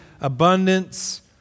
abundance